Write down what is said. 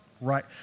Right